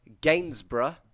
Gainsborough